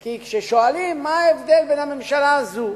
כי כששואלים, מה ההבדל בין הממשלה הזו